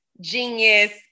genius